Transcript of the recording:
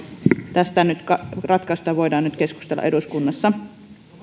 nyt tästä ratkaisusta voidaan keskustella eduskunnassa